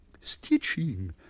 stitching